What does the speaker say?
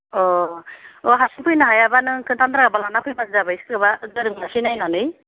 अह ओह हारसिं फैनो हायाबा नों खोनथानो रोङाबा लाना फैबानो जाबाय सोरखौबा गोरों सासे नायनानै